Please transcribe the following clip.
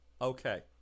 Okay